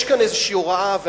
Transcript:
יש כאן הוראה כלשהי,